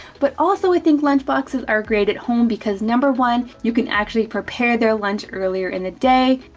but also i think lunchboxes are great at home because number one, you can actually prepare their lunch earlier in the day,